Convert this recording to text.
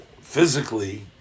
physically